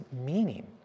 meaning